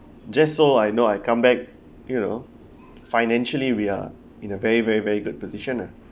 just so I know I come back you know financially we are in a very very very good position ah